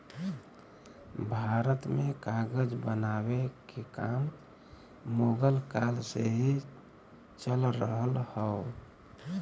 भारत में कागज बनावे के काम मुगल काल से ही चल रहल हौ